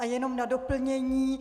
A jenom na doplnění.